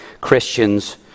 Christians